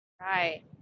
Right